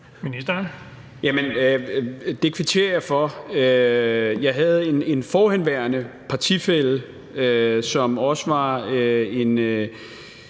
Det kvitterer jeg for. Jeg havde en forhenværende partifælle, som også var